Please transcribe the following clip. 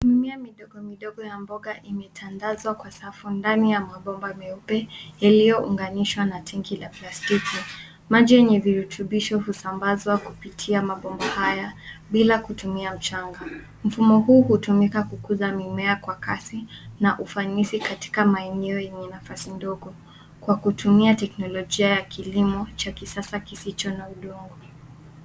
Mimea midogo midogo ya mboga imetandazwa kwa safu ndani ya mabomba meupe yaliyounganishwa na tenki la plastiki. Maji yenye virutubisho husambazwa kupitia mabomba haya bila kutumia mchanga. Mfumo huu hutumika kukuza mimea kwa kasi na ufanisi katika maeneo yenye nafasi ndogo kwa kutumia teknolojia ya kilimo cha kisasa kisicho na udongo.